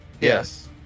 Yes